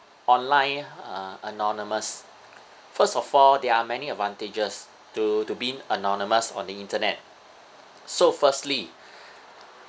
online uh anonymous first of all there are many advantages to to being anonymous on the internet so firstly